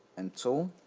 and two.